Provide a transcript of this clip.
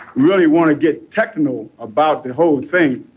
really want to get technical about the whole thing